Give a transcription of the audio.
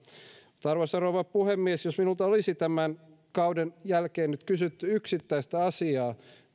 arvoisa rouva puhemies jos minulta olisi tämän kauden jälkeen nyt kysytty yksittäistä asiaa